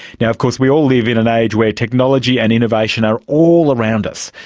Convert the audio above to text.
now of course, we all live in an age where technology and innovation are all around us,